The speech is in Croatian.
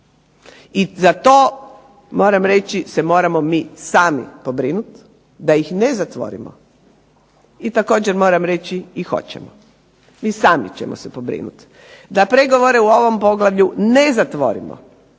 I za to moram reći se moramo mi sami pobrinuti, da ih ne zatvorimo i također moram reći i hoćemo. Mi sami ćemo se pobrinuti da pregovore u ovom poglavlju ne zatvorimo